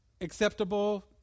acceptable